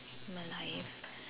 Merlion